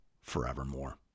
forevermore